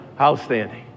Outstanding